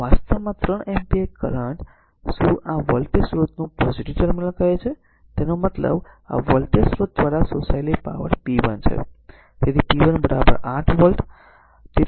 તેથી આ કિસ્સામાં 3 એમ્પીયર કરંટ દાખલ r શું આ વોલ્ટેજ સ્રોતનું પોઝીટીવ ટર્મિનલ કહે છે તેનો મતલબ આ વોલ્ટેજ સ્રોત દ્વારા શોષાયેલી પાવર આ p 1 છે